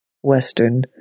Western